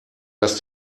das